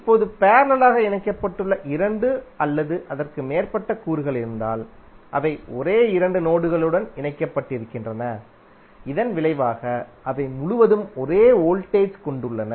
இப்போது பேரலலாக இணைக்கப்பட்டுள்ள இரண்டு அல்லது அதற்கு மேற்பட்ட கூறுகள் இருந்தால் அவை ஒரே இரண்டு நோடுகளுடன் இணைக்கப்படுகின்றன இதன் விளைவாக அவை முழுவதும் ஒரே வோல்டேஜ் கொண்டுள்ளன